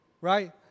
right